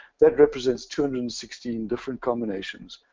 that represents two hundred and sixteen different combinations,